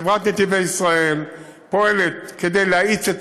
חברת "נתיבי ישראל" פועלת כדי להאיץ את